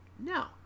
No